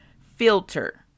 filter